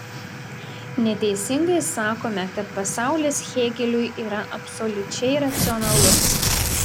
neteisingai sakome kad pasaulis hėgeliui yra absoliučiai racionalus